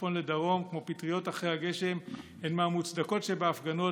מצפון לדרום כמו פטריות אחרי הגשם הן מהמוצדקות שבהפגנות,